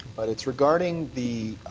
but it's regarding the